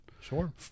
Sure